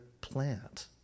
plant